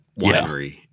winery